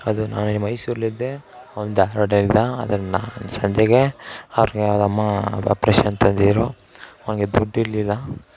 ಅದು ನಾನು ಈ ಮೈಸೂರಲ್ಲಿದ್ದೆ ಅವ್ನು ಧಾರ್ವಾಡ ಇದ್ದ ಆದರೆ ನಾನು ಸಂಜೆಗೆ ಅವ್ರಿಗೆ ಅವ್ರ ಅಮ್ಮ ಆಪ್ರೇಷನ್ ಅಂತ ಅಂದಿದ್ರು ಅವ್ನಿಗೆ ದುಡ್ಡು ಇರಲಿಲ್ಲ